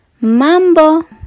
Mambo